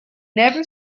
never